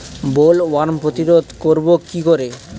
Bollworm প্রতিরোধ করব কি করে?